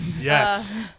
Yes